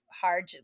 hard